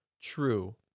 true